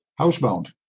housebound